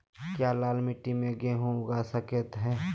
क्या लाल मिट्टी में गेंहु उगा स्केट है?